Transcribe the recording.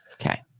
Okay